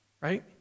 right